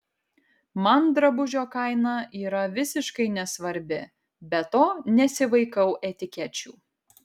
man drabužio kaina yra visiškai nesvarbi be to nesivaikau etikečių